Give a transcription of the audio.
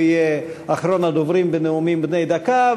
הוא יהיה אחרון הדוברים בנאומים בני דקה,